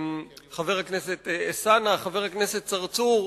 חבר הכנסת אלסאנע, חבר הכנסת צרצור,